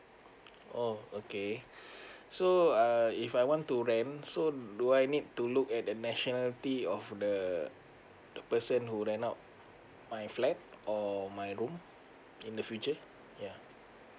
oh okay so uh if I want to rent so do I need to look at the nationality of the the person who ran out my flat or my room in the future yeah